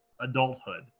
adulthood